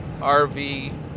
rv